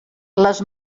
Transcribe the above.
les